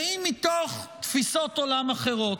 ואם מתוך תפיסות עולם אחרות.